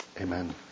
Amen